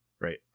Right